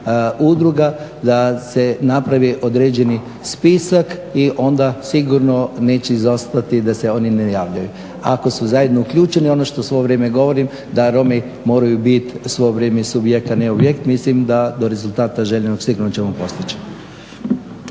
da se napravi određeni spisak i onda sigurno neće izostati da se oni ne javljaju. Ako su zajedno uključili ono što svo vrijeme govorim, da Romi moraju biti svo vrijeme subjekt a ne objekt, mislim da do rezultata željenog sigurno ćemo postići.